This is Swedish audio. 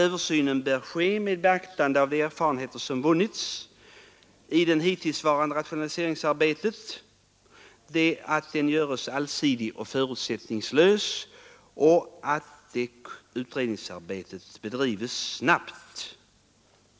Översynen bör ske med beaktande av de erfarenheter som vunnits i det hittillsvarande rationaliseringsarbetet och göras allsidig och förutsättningslös. Det är önskvärt att nu ifrågavarande utredningsarbete kan bedrivas snabbt.